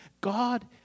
God